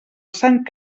sant